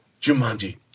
Jumanji